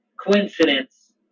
coincidence